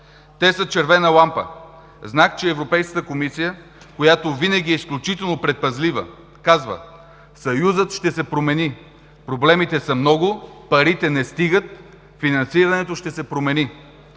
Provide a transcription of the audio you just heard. Те са червена лампа, знак, че Европейската комисия, която винаги е изключително предпазлива казва: Съюзът ще се промени, проблемите са много, парите не стигат, финансирането ще се промени.